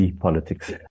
politics